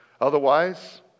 Otherwise